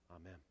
Amen